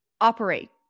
operate